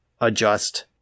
adjust